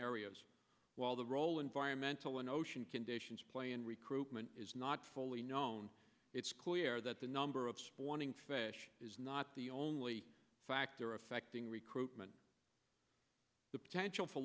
areas while the role environmental and ocean conditions play in recruitment is not fully known it's clear that the number of spawning fish is not the only factor affecting recruitment the potential for